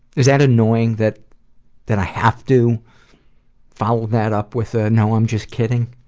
is that annoying that that i have to follow that up with a no, i'm just kidding'?